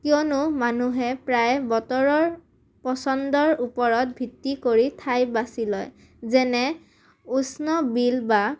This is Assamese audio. কিয়নো মানুহে প্ৰায় বতৰৰ পচন্দৰ ওপৰত ভিত্তি কৰি ঠাই বাচি লয় যেনে উষ্ণ বিল বা